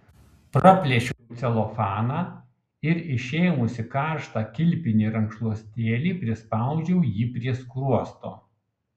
praplėšiau celofaną ir išėmusi karštą kilpinį rankšluostėlį prispaudžiau jį prie skruosto